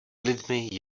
lidmi